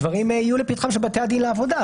הדברים יהיו לפתחם של בתי הדין לעבודה.